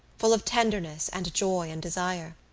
full of tenderness and joy and desire,